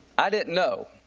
i didn't know